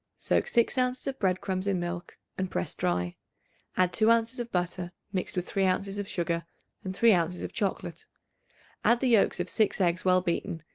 soak six ounces of bread-crumbs in milk and press dry add two ounces of butter mixed with three ounces of sugar and three ounces of chocolate add the yolks of six eggs well beaten,